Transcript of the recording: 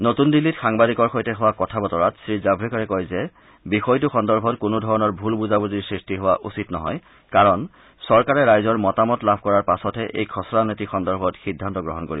নতুন দিল্লীত সাংবাদিকৰ সৈতে হোৱা কথা বতৰাত শ্ৰীজাশ্ৰেকাৰে কয় যে বিষয়টো সন্দৰ্ভত কোনোধৰণৰ ভূল বুজাবুজিৰ সৃষ্টি হোৱা উচিত নহয় কাৰণ চৰকাৰে ৰাইজৰ মতামত লাভ কৰাৰ পাছতহে এই খচৰা নীতি সন্দৰ্ভত সিদ্ধান্ত গ্ৰহণ কৰিব